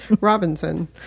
Robinson